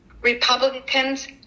Republicans